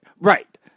Right